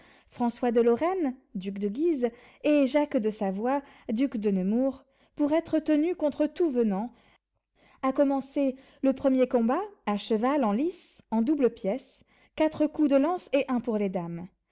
françois de lorraine duc de guise et jacques de savoie duc de nemours pour être tenu contre tous venants à commencer le premier combat à cheval en lice en double pièce quatre coups de lance et un pour les dames